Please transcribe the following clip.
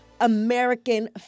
American